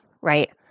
right